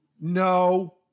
no